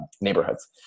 neighborhoods